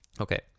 Okay